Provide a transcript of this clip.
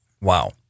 Wow